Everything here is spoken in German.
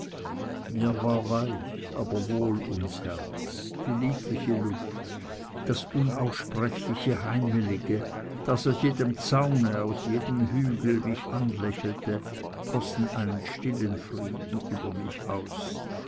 mir war weich aber wohl ums herz die liebliche luft das unaussprechliche heimelige das aus jedem zaune aus jedem hügel mich anlächelte gossen einen stillen frieden über mich aus